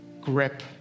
grip